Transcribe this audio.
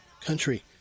country